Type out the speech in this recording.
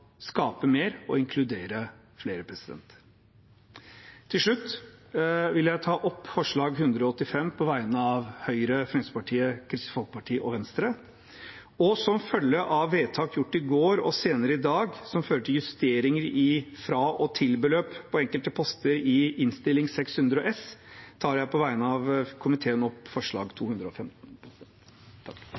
skape mer og inkludere flere. Til slutt vil jeg ta opp forslag nr. 185, på vegne av Høyre, Fremskrittspartiet, Kristelig Folkeparti og Venstre. Og som følge av vedtak gjort i går, og vedtak som blir gjort senere i dag, som fører til justeringer i fra- og til-beløp på enkelte poster i Innst. 600 S for 2020–2021, tar jeg på vegne av komiteen opp forslag nr. 215.